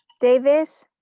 davis